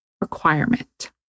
requirement